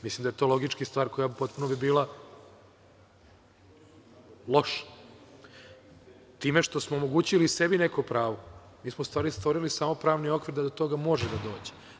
Mislim, da je to logički stvar koja bi potpuno bila loša time što smo omogućili sebi neko pravo, mi smo u stvari samo stvorili pravni okvir da do toga može da dođe.